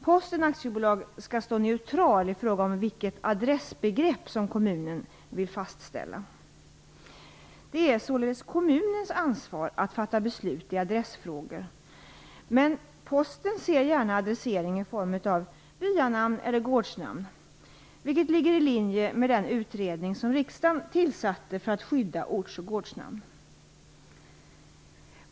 Posten AB skall stå neutral i fråga om vilket adressbegrepp som kommunen vill fastställa. Det är således kommunens ansvar att fatta beslut i adressfrågor, men Posten ser gärna adressering i form av byanamn eller gårdsnamn, vilket ligger i linje med den utredning som riksdagen tillsatte för att skydda ort och gårdsnamn.